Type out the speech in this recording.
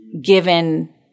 given